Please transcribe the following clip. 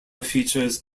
features